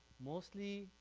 mostly